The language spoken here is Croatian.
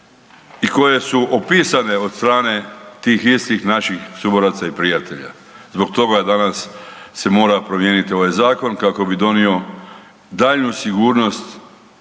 i koje su opisane od strane tih istih naših suboraca i prijatelja. Zbog toga danas se mora promijeniti ovaj zakon kako bi donio daljnju sigurnost